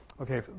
Okay